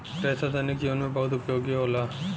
रेसा दैनिक जीवन में बहुत उपयोगी होला